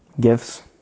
Gifts